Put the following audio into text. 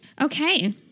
okay